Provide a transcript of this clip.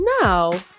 No